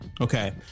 Okay